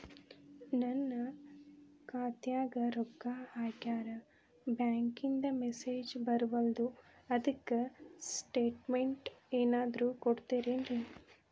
ನನ್ ಖಾತ್ಯಾಗ ರೊಕ್ಕಾ ಹಾಕ್ಯಾರ ಬ್ಯಾಂಕಿಂದ ಮೆಸೇಜ್ ಬರವಲ್ದು ಅದ್ಕ ಸ್ಟೇಟ್ಮೆಂಟ್ ಏನಾದ್ರು ಕೊಡ್ತೇರೆನ್ರಿ?